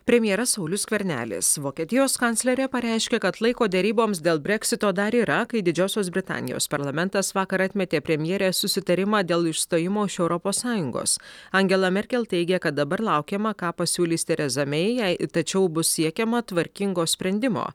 premjeras saulius skvernelis vokietijos kanclerė pareiškė kad laiko deryboms dėl breksito dar yra kai didžiosios britanijos parlamentas vakar atmetė premjerės susitarimą dėl išstojimo iš europos sąjungos angela merkel teigė kad dabar laukiama ką pasiūlys tereza mei jei tačiau bus siekiama tvarkingo sprendimo